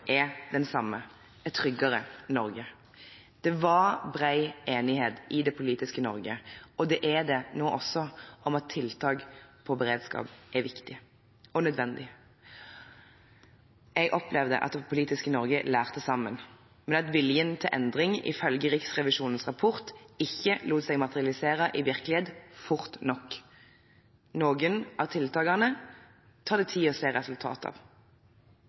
er den samme: et tryggere Norge. Det var bred enighet i det politiske Norge – og det er det nå også – om at tiltak for beredskap er viktig og nødvendig. Jeg opplevde at det politiske Norge lærte sammen, men at viljen til endring ifølge Riksrevisjonens rapport ikke lot seg materialisere i virkelighet fort nok. Noen av tiltakene tar det tid å se resultater av.